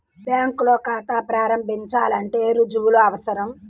బ్యాంకులో ఖాతా ప్రారంభించాలంటే ఏ రుజువులు అవసరం?